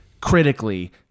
critically